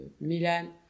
Milan